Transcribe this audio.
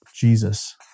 Jesus